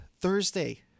Thursday